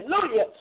Hallelujah